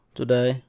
today